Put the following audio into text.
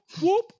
whoop